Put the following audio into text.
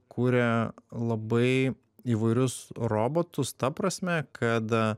kuria labai įvairius robotus ta prasme kad